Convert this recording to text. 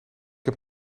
heb